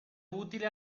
utile